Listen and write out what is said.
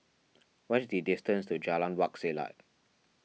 what is the distance to Jalan Wak Selat